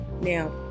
Now